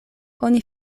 oni